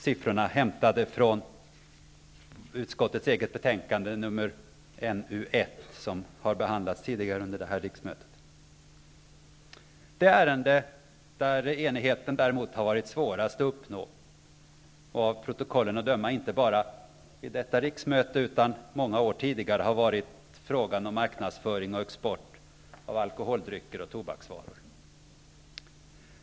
Siffrorna är hämtade från utskottets eget betänkande NU1, som har behandlats tidigare under detta riksmöte. Det ärende där enigheten har varit svårast att uppnå, av protokollen att döma inte bara vid detta riksmöte utan många år tidigare, har varit frågan om marknadsföring och export av alkoholdrycker och tobaksvaror.